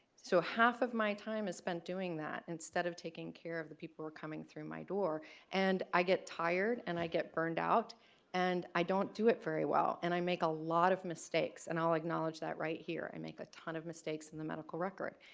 so half of my time is spent doing that instead of taking care of the people who are coming through my door and i get tired and i get burned out and i don't do it very well and i make a lot of mistakes and i'll acknowledge that right here. i make a ton of mistakes in the medical record.